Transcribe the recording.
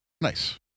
Nice